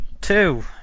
two